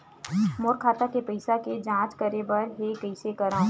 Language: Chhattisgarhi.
मोर खाता के पईसा के जांच करे बर हे, कइसे करंव?